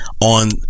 on